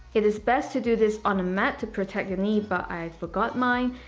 it is best to do this on a mat to protect your knee but i forgot mine.